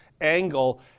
angle